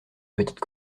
petites